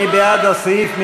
מי בעד הסעיף?